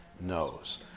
knows